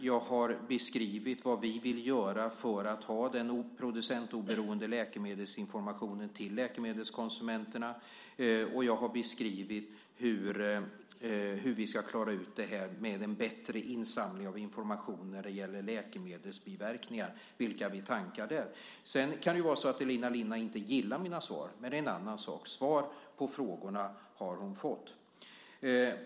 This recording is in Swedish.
Jag har beskrivit vad vi vill göra för att ge den producentoberoende läkemedelsinformationen till läkemedelskonsumenterna. Jag har beskrivit hur vi ska klara ut det här med en bättre insamling av information när det gäller läkemedelsbiverkningar, vilka tankar vi har där. Det kan ju vara så att Elina Linna inte gillar mina svar, men det är en annan sak. Svar på frågorna har hon fått.